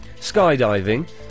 skydiving